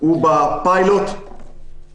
לפי מספר אנשים?